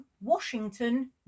Washington